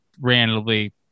randomly